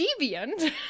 Deviant